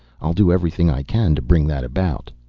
i'll do everything i can to bring that about.